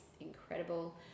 incredible